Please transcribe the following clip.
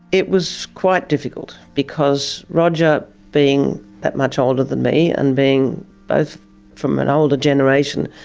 it was quite difficult, because roger being that much older than me and being but from an older generation,